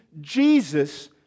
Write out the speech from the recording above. Jesus